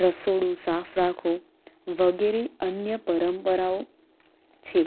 રસોડું સાફ રાખો વગેરે અન્ય પરંપરાઓ છે